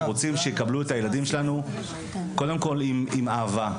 אנחנו רוצים שיקבלו את הילדים שלנו קודם כל עם אהבה,